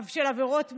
של עבירות מין,